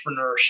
entrepreneurship